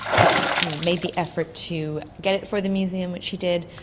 but made the effort to get it for the museum, which he did.